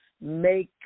make